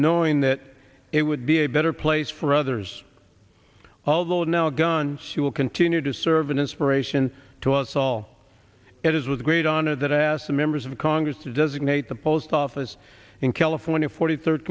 knowing that it would be a better place for others although now guns she will continue to serve an inspiration to us all it is with great honor that i asked the members of congress to designate the post office in california forty third